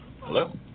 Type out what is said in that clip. Hello